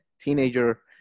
teenager